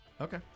Okay